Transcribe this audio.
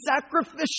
sacrificial